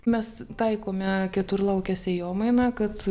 mes taikome keturlaukę sėjomainą kad